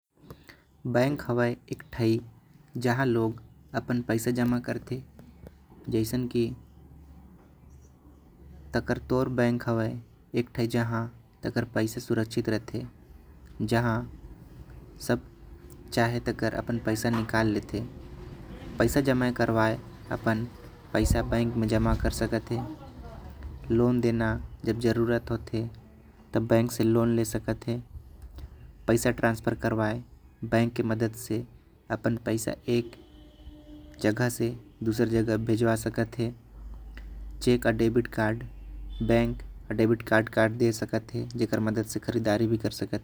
बैंक हैवे इक ठाई जहां लोग प्यास जमा करते। जैसन की ताकतों बैंक हैवे जहां पैसा सुरक्षित रहते। जहां सब चाहे तो अपना पैसा निकाल सकते पैसा जमा करवाई। बर पैसा बैंक म जमा कर सकत हैवे लोन देना जब जरूरत होते। तब बैंक से लोन ले सकत हे पैसा ट्रांसफर करवाय। बैंक के मदद से एक जगह से दुसर जगह भेजवा सकत हे। जेकर debit card bank debit card दे सकत हे। ओकर मदद ले खरीदारी भी कर सकत हे।